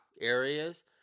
areas